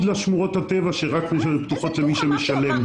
לשמורות הטבע שפתוחות רק למי שמשלם.